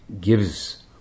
gives